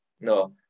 No